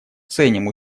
ценим